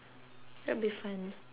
that'll be fun ah